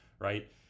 right